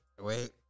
wait